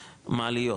מעליות,